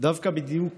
דווקא בדיוק